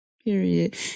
Period